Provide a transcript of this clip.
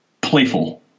Playful